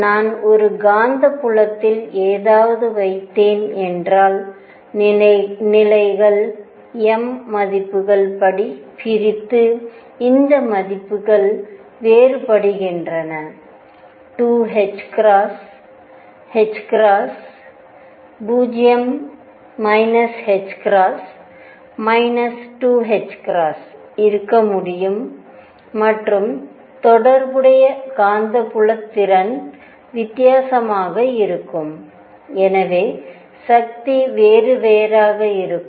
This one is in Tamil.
நான் ஒரு காந்த புலதில் ஏதாவது வைத்தேன் என்றால் நிலைகள் m மதிப்புகள் படி பிரித்து இந்த மதிப்புக்கள் வேறுபடுகின்ற 2 0 2 இருக்க முடியும் மற்றும் தொடர்புடைய காந்தத்திருப்புதிறன் வித்தியாசமாக இருக்கும் எனவே சக்தி வேறுவேறாக இருக்கும்